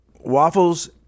Waffles